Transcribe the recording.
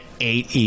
eight